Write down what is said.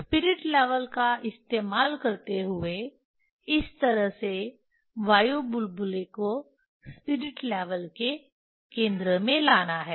spirit level का इस्तेमाल करते हुए इस तरह से वायु बुलबुले को स्पिरिट लेवल के केंद्र में लाना है